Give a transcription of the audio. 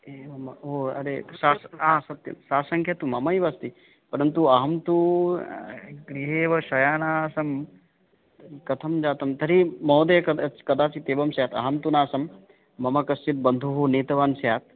एवं वा ओ अरे सास् हा सत्यं सा सङ्ख्या तु ममैव अस्ति परन्तु अहं तु गृहेव शयनः आसं कथं जातं तर्हि महोदय कदच् कदाचित् एवं स्यात् अहं तु नासं मम कश्चित् बन्धुना नीतवान् स्यात्